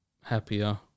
happier